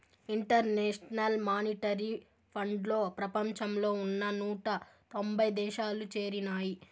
international monetary ఫండ్లో ప్రపంచంలో ఉన్న నూట తొంభై దేశాలు చేరినాయి